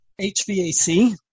HVAC